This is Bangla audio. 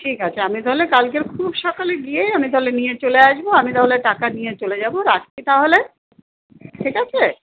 ঠিক আছে আমি তাহলে কালকের খুব সকালে গিয়েই আমি তাহলে নিয়ে চলে আসবো আমি তাহলে টাকা নিয়ে চলে যাবো রাখছি তাহলে ঠিক আছে